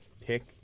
pick